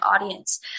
audience